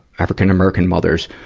african-american mothers,